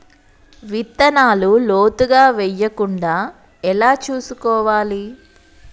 విత్తనాలు లోతుగా వెయ్యకుండా ఎలా చూసుకోవాలి?